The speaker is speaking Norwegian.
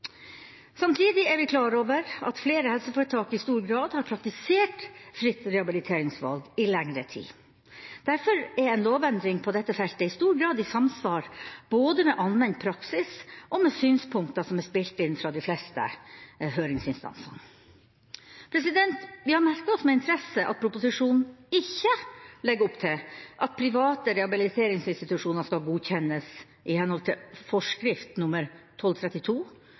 Samtidig er vi klar over at flere helseforetak i stor grad har praktisert fritt rehabiliteringsvalg i lengre tid. Derfor er en lovendring på dette feltet i stor grad i samsvar både med anvendt praksis og med synspunkter som er spilt inn fra de fleste høringsinstanser. Vi har merket oss med interesse at proposisjonen ikke legger opp til at private rehabiliteringsinstitusjoner skal godkjennes i henhold til forskrift